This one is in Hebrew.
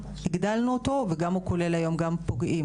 הגדלנו אותו והוא כולל היום גם פוגעים,